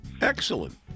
Excellent